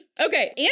Okay